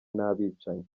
n’abicanyi